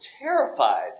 terrified